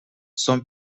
сом